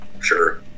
Sure